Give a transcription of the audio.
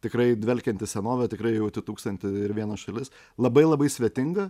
tikrai dvelkiantis senove tikrai jauti tūkstantį ir vieną šalis labai labai svetinga